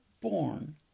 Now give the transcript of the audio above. born